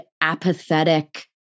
apathetic